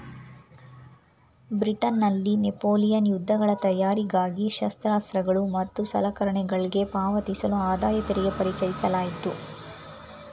ಬ್ರಿಟನ್ನಲ್ಲಿ ನೆಪೋಲಿಯನ್ ಯುದ್ಧಗಳ ತಯಾರಿಗಾಗಿ ಶಸ್ತ್ರಾಸ್ತ್ರಗಳು ಮತ್ತು ಸಲಕರಣೆಗಳ್ಗೆ ಪಾವತಿಸಲು ಆದಾಯತೆರಿಗೆ ಪರಿಚಯಿಸಲಾಯಿತು